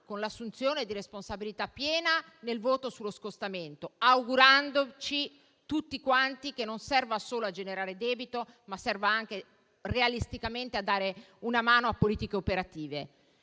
con l'assunzione di responsabilità piena nel voto sullo scostamento, augurandoci tutti quanti che non serva solo a generare debito, ma serva anche realisticamente a dare una mano a politiche operative;